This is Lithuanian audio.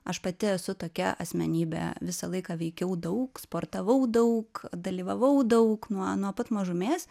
aš pati esu tokia asmenybė visą laiką veikiau daug sportavau daug dalyvavau daug nuo nuo pat mažumės